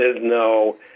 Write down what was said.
no